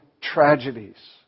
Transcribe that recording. tragedies